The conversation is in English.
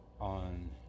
on